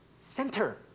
Center